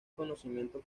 conocimiento